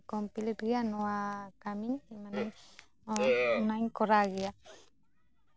complete ᱜᱮᱭᱟ ᱱᱚᱣᱟ ᱠᱟᱹᱢᱤ ᱢᱟᱱᱮ ᱚᱱᱟᱧ ᱠᱚᱨᱟᱣ ᱜᱮᱭᱟ